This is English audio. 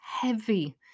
heavy